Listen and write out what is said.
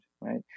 right